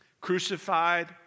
crucified